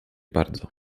bardzo